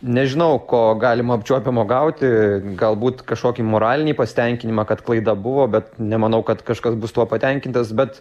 nežinau ko galima apčiuopiamo gauti galbūt kažkokį moralinį pasitenkinimą kad klaida buvo bet nemanau kad kažkas bus tuo patenkintas bet